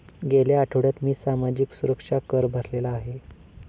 गेल्या आठवड्यात मी सामाजिक सुरक्षा कर भरलेला आहे